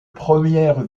première